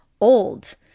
old